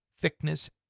thickness